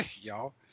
Y'all